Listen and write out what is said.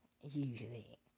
Usually